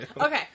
Okay